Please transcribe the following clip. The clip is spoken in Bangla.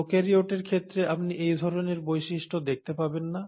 প্রোকারিওটের ক্ষেত্রে আপনি এই ধরনের বৈশিষ্ট্য দেখতে পাবেন না